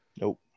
nope